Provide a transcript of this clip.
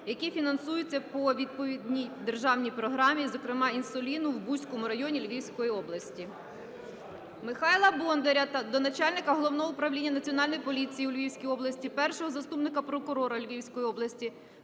які фінансуються по відповідній державній програмі, зокрема інсуліну в Буському районі Львівської області. Михайла Бондаря до начальника Головного управління Національної поліції у Львівській області, першого заступника прокурора Львівської області,